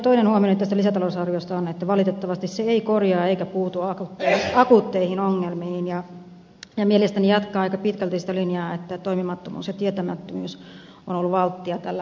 toinen huomioni tästä lisätalousarviosta on että valitettavasti se ei korjaa eikä puutu akuutteihin ongelmiin ja mielestäni jatkaa aika pitkälti sitä linjaa että toimimattomuus ja tietämättömyys on ollut valttia tällä hallituskaudella